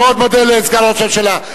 אני מאוד מודה לסגן ראש הממשלה.